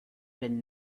been